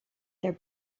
their